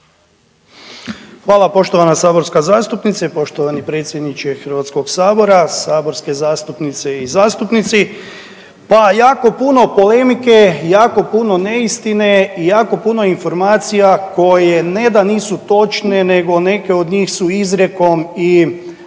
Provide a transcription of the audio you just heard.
Hvala poštovana saborska zastupnice i poštovani predsjedniče Hrvatskog sabora, saborske zastupnice i zastupnici. Pa jako puno polemike je, jako puno neistine i jako puno informacija koje ne da nisu točne nego neke od njih su izrijekom i rekao